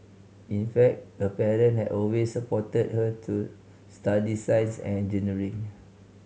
in fact her parent had always supported her to study science and engineering